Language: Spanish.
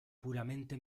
puramente